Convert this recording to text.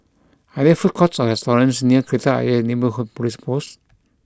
are there food courts or restaurants near Kreta Ayer Neighbourhood Police Post